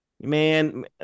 man